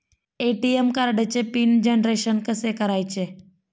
ATM कार्डचे pin generation कसे करायचे?